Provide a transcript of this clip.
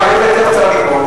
היות שאני תיכף צריך לגמור,